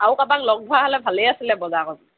আৰু কাৰোবাক লগ ধৰা হ'লে ভালেই আছিলে বজাৰ কৰিবলৈ